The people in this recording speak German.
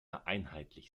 einheitlich